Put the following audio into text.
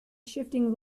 shifting